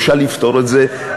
אפשר לפתור את זה רק,